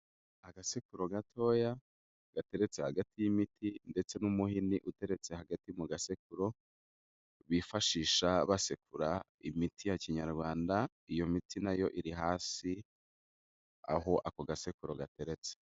Agasekuru gatoya gateretse hagati y'imiti ndetse n'umuhini uteretse hagati mu gasekuru, bifashisha basekura imiti ya Kinyarwanda, iyo miti na yo iri hasi aho ako gasekuru gateretse.